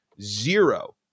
zero